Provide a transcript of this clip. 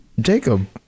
Jacob